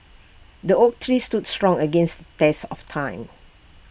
the oak tree stood strong against test of time